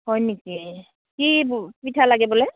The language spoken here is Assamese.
হয় নেকি কি পিঠা লাগিবলে